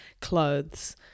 clothes